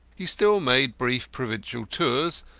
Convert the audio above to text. he still made brief provincial tours,